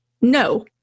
no